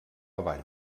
avall